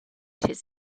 his